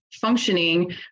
functioning